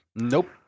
Nope